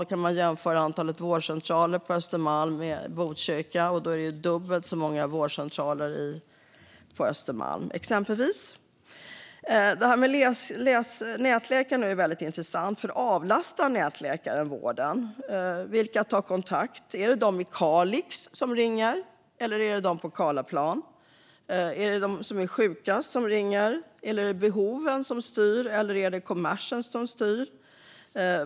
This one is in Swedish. Där kan man jämföra antalet vårdcentraler på Östermalm med Botkyrka, och det är dubbelt så många vårdcentraler på Östermalm. Nätläkarna är en intressant fråga. Avlastar nätläkarna vården? Vilka tar kontakt? Är det de i Kalix som ringer eller de på Karlaplan? Är det de sjukaste som ringer? Är det behoven som styr, eller är det kommersen som styr?